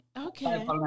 Okay